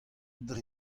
dre